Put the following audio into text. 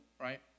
right